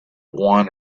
one